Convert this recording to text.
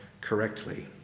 correctly